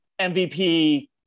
MVP